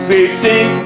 Fifteen